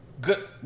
good